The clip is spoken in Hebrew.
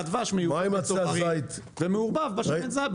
גם 30% מהדבש מיובא ומעורבב בדבש.